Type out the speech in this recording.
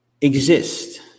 exist